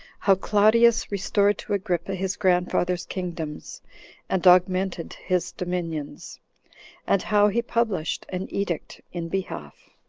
how claudius restored to agrippa his grandfathers kingdoms and augmented his dominions and how he published an edict in behalf.